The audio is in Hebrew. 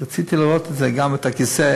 רציתי לראות גם את הכיסא,